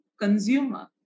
consumer